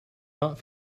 not